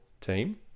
team